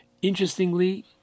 Interestingly